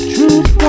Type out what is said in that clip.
Truth